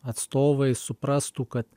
atstovai suprastų kad